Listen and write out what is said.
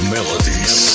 Melodies